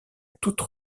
toute